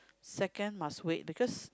second must wait because